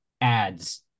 ads